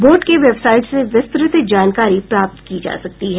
board के website से विस्तृत जानकारी प्राप्त की जा सकती है